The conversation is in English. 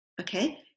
okay